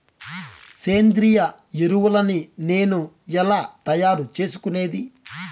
సేంద్రియ ఎరువులని నేను ఎలా తయారు చేసుకునేది?